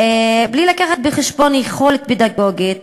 בלי להביא בחשבון יכולת פדגוגית,